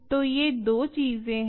तो ये दो चीजें हैं